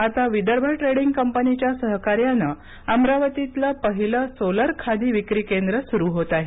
आता विदर्भ ट्रेडिंग कंपनीच्या सहकार्याने अमरावतीतील पहिले सोलर खादी विक्री केंद्र सुरू होत आहे